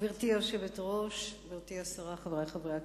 גברתי היושבת-ראש, גברתי השרה, חברי חברי הכנסת,